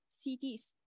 cities